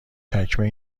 چکمه